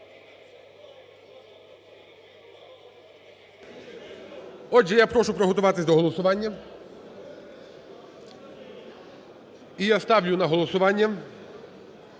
Отже, я прошу приготуватися до голосування. І я ставлю на голосування